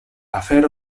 afero